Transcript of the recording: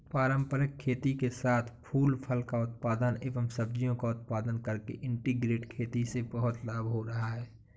पारंपरिक खेती के साथ साथ फूल फल का उत्पादन एवं सब्जियों का उत्पादन करके इंटीग्रेटेड खेती से बहुत लाभ हो रहा है